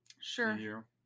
Sure